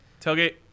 Tailgate